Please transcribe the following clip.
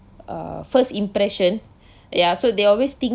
uh first impression ya so they always think